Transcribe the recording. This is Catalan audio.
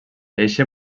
eixe